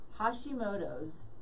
Hashimoto's